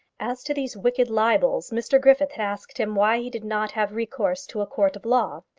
as to these wicked libels, mr griffith had asked him why he did not have recourse to a court of law,